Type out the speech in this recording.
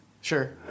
Sure